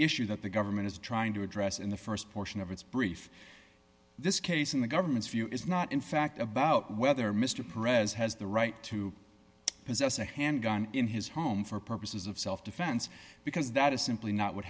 issue that the government is trying to address in the st portion of its brief this case in the government's view is not in fact about whether mr perez has the right to possess a handgun in his home for purposes of self defense because that is simply not what